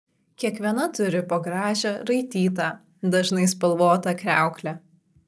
kiekviena turi po gražią raitytą dažnai spalvotą kriauklę